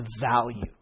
value